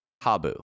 habu